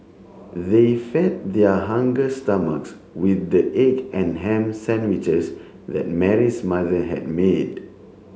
they fed their hunger stomachs with the egg and ham sandwiches that Mary's mother had made